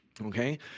Okay